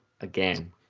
again